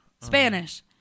Spanish